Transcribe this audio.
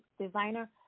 designer